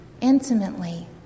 intimately